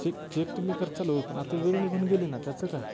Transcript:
check check तुम्ही करताल हो पण आता वेळ निघून गेली ना त्याचं काय